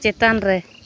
ᱪᱮᱛᱟᱱᱨᱮ